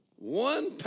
one